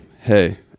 Hey